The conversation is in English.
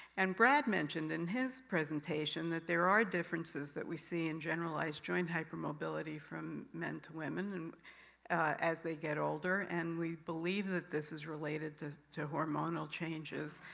and brad mentioned in his presentation, that there are differences that we see in generalized joint hypermobility from men to women, and as they get older, and we believe that this is related to to hormonal changes.